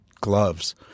gloves